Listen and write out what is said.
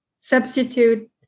substitute